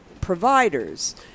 providers